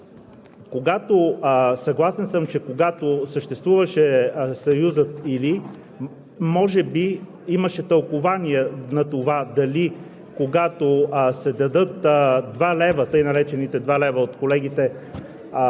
се разрешава проблемът, който беше повдигнат в тази зала от колеги за така наречените два лева. Уважаеми колеги, съгласен съм, че когато съществуваше съюзът „или“